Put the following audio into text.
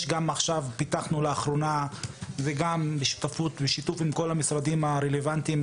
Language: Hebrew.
פיתחנו לאחרונה בשותפות המשרדים הרלוונטיים,